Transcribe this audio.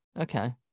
Okay